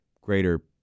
greater